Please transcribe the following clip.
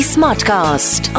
Smartcast